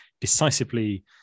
decisively